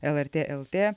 lrt lt